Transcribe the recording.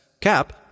Cap